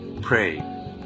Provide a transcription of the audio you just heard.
pray